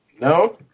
no